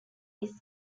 discs